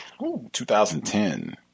2010